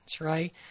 right